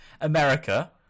America